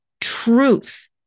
truth